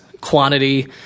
quantity